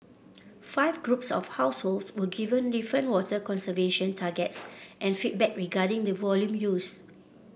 five groups of households were given different water conservation targets and feedback regarding the volume used